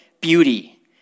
beauty